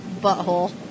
Butthole